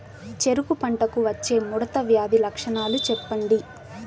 చెరుకు పంటకు వచ్చే ముడత వ్యాధి లక్షణాలు చెప్పండి?